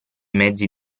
mezzi